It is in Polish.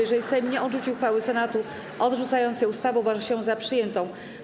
Jeżeli Sejm nie odrzuci uchwały Senatu odrzucającej ustawę, uważa się ją za przyjętą.